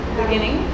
beginning